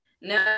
No